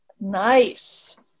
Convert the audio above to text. Nice